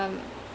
mmhmm